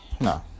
no